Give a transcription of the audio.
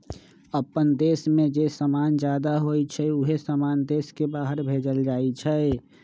अप्पन देश में जे समान जादा होई छई उहे समान देश के बाहर भेजल जाई छई